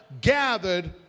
gathered